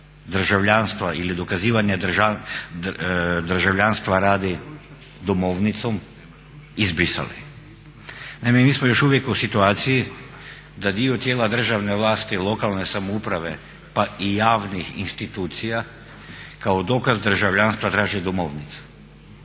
državljanstva ili dokazivanje državljanstva radi domovnicom izbrisali. Naime, mi smo još uvijek u situaciji da dio tijela državne vlasti, lokalne samouprave, pa i javnih institucija kao dokaz državljanstva traže domovnicu.